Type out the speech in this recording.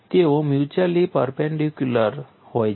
તેઓ mutually perpendicular હોય છે